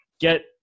get